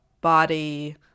body